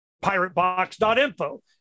piratebox.info